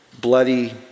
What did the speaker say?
bloody